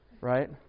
right